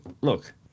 look